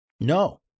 No